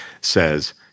says